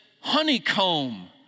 honeycomb